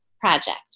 project